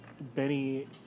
Benny